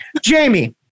Jamie